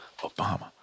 Obama